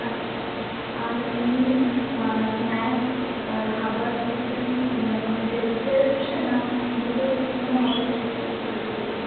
আচ্ছা আর এমনি স্ন্যাক্স খাওয়ার সিস্টেম যেমন টেবিল চেয়ারে বসে না বুফে সিস্টেমে হবে একটু যদি বলতেন